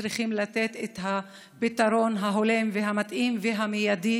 שצריכים לתת את הפתרון ההולם והמתאים והמיידי